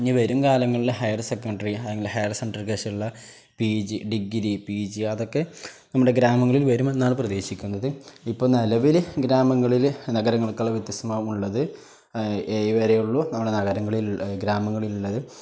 ഇനി വരും കാലങ്ങളിൽ ഹയർ സെക്കൻഡറി അല്ലെങ്കിൽ ഹയർ സെൻ്റികശുള്ള P G degree P G അതൊക്കെ നമ്മുടെ ഗ്രാമങ്ങളിൽ വരുമെന്നാണ് പ്രതീക്ഷിക്കുന്നത് ഇപ്പം നിലവിൽ ഗ്രാമങ്ങളിൽ നഗരങ്ങൾക്കുള്ള വ്യത്യാസങ്ങളാണ് ഉള്ളത് ഏഴ് വരെയുള്ളൂ നമ്മുടെ നഗരങ്ങളിൽ ഗ്രാമങ്ങളിൽ ഉള്ളത്